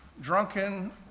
drunken